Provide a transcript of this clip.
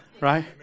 right